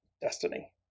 destiny